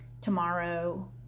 tomorrow